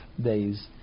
days